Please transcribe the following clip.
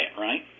right